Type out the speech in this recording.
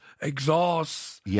exhausts